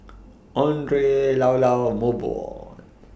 Andre Llao Llao Mobot